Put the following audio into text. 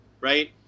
right